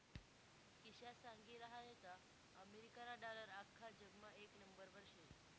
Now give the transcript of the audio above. किशा सांगी रहायंता अमेरिकाना डालर आख्खा जगमा येक नंबरवर शे